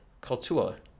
culture